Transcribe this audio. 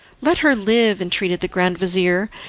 let her live, entreated the grand-vizir,